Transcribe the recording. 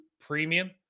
premium